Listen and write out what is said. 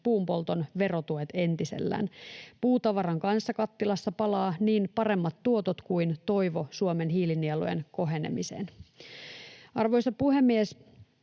puunpolton verotuet entisellään. Puutavaran kanssa kattilassa palavat niin paremmat tuotot kuin toivo Suomen hiilinielujen kohenemiseen. Arvoisa puhemies!